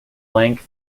length